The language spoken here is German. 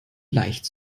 leicht